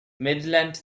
midland